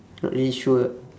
not really sure ah